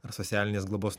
ar socialinės globos